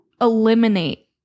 eliminate